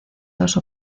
dos